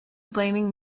blaming